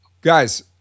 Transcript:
guys